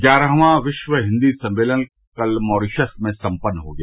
ग्यारहवां विश्व हिंदी सम्मेलन कल मारीशस में संपन्न हो गया